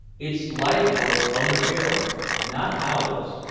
it's leithcourt's own affair, uncle not ours.